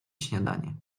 śniadanie